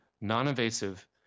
non-invasive